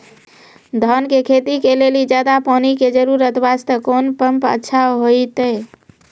धान के खेती के लेली ज्यादा पानी के जरूरत वास्ते कोंन पम्प अच्छा होइते?